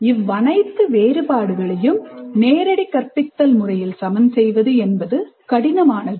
இவ்வனைத்து வேறுபாடுகளையும் நேரடி கற்பித்தல் முறையில் சமன் செய்வது கடினமானது